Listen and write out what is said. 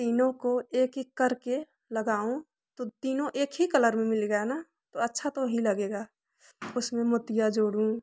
तीनों को एक एक करके लगाऊं तो तीनों एक ही कलर में मिल गया ना तो अच्छा तो ही लगेगा उसमें मोतियाँ जोड़ू